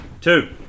Two